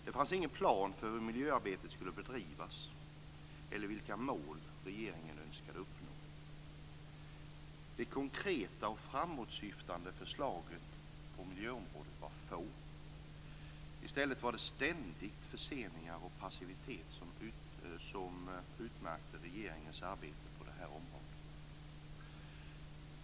Det fanns ingen plan för hur miljöarbetet skulle bedrivas eller för vilka mål som regeringen önskade uppnå. De konkreta och framåtsyftande förslagen på miljöområdet var få. I stället var det ständiga förseningar och passivitet som utmärkte regeringens arbete på detta område.